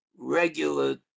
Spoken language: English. regular